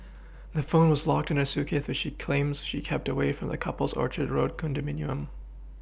the phone was locked in her suitcase which she claims she kept away from the couple's Orchard road condominium